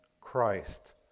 Christ